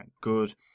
good